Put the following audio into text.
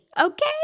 Okay